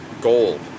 gold